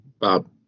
Bob